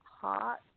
hot